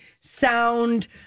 sound